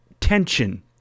tension